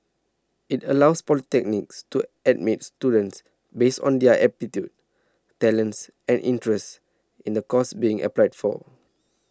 it allows polytechnics to admit students based on their aptitude talents and interests in the course being applied for